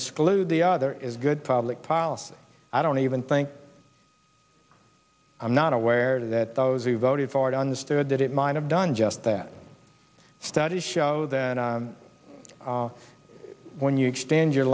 exclude the other is good public policy i don't even think i'm not aware that those who voted for it understood that it might have done just that studies show that when you extend your